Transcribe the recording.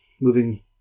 moving